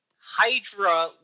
Hydra